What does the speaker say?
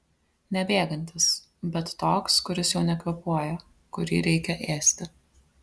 ne bėgantis bet toks kuris jau nekvėpuoja kurį reikia ėsti